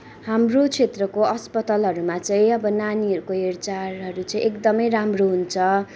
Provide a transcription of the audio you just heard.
हाम्रो क्षेत्रको अस्पतालहरूमा चाहिँ अब नानीहरूको हेरचाहहरू चाहिँ एकदमै राम्रो हुन्छ